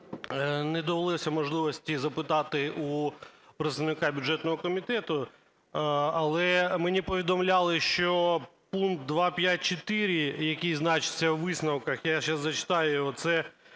не далося можливості запитати у представника бюджетного комітету, але мені повідомляли, що пункт 2.5.4, який значиться у висновках, я сейчас зачитаю оце: